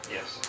Yes